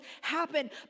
happen